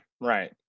Right